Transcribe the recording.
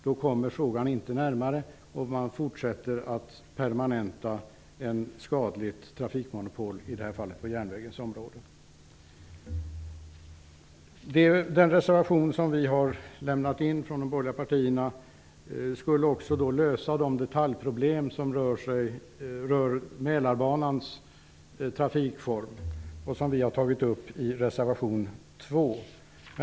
Då kommer frågan inte närmare, och man fortsätter att permanenta ett skadligt trafikmonopol, i detta fall på järnvägens område. Med reservation 2, som vi har lämnat in från de borgerliga partierna, skulle man också kunna lösa de detaljproblem som rör Mälarbanans trafikform.